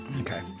Okay